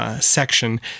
section